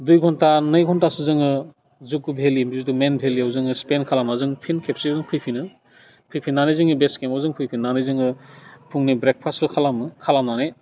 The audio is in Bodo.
दुइ घन्टा नै घन्टासो जोङो जुक' भेलि जितु मेन भेलियाव जोङो स्पेन्द खालामना जों फिन खेबसेबाव फैफिनो फैफिननानै जोंनि बेस केमाव फैफिननानै जोङो फुंनि ब्रेकफास्टखौ खालामो खालामनानै